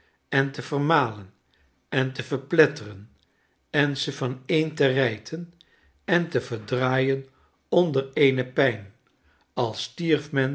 en te vermalen en te verpletteren en ze vaneen te rijten en te verdraaien onder eene pyn als stierf men